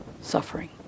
suffering